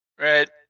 Right